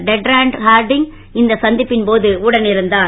டெர்ட்ராண்ட் Harding இந்த சந்திப்பின் போது உடனிருந்தார்